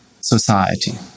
society